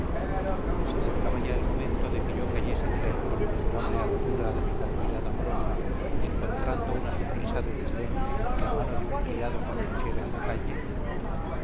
se acercaba el momento de que yo cayese de la inconmensurable altura de mi fatuidad amorosa encontrando una sonrisa de desdén y la mano de un criado que me pusiera en la calle